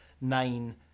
nine